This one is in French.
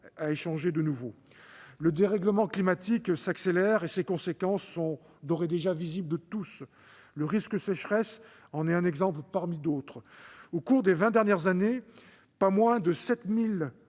à échanger de nouveau. Le dérèglement climatique s'accélère, et ses conséquences sont d'ores et déjà visibles de tous. La sécheresse en est un exemple parmi d'autres. Au cours des vingt dernières années, pas moins de 7